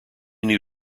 new